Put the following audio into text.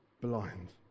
blind